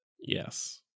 Yes